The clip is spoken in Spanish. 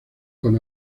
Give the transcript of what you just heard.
con